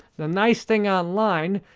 the nice thing online,